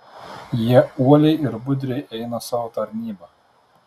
jie uoliai ir budriai eina savo tarnybą